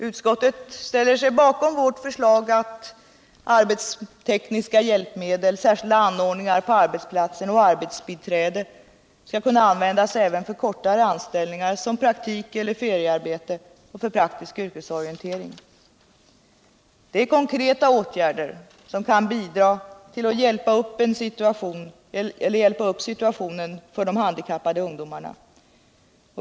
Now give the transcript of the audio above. Utskottet ställer sig bakom vårt förslag att arbetstekniska hjälpmedel, särskilda anordningar på arbetsplatsen och arbetsbiträde skall kunna användas även för kortare anställningar. som praktik eller feriearbete, och för praktisk yrkesorientering. Det är konkreta åtgärder som kan bidra till att hjälpa upp situationen för de handikappade ungdomarna.